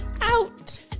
Out